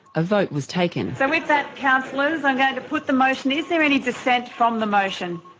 a vote was taken. so with that, councillors, i'm going to put the motion. is there any dissent from the motion?